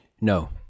No